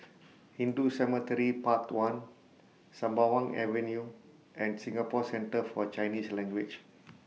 Hindu Cemetery Path one Sembawang Avenue and Singapore Centre For Chinese Language